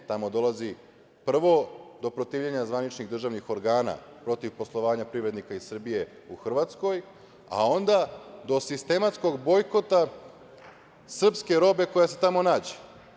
Tamo dolazi prvo do protivljenja zvaničnih državnih organa protiv poslovanja privrednika iz Srbije u Hrvatskoj, a onda do sistematskog bojkota srpske robe koja se tamo nađe.